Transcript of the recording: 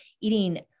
eating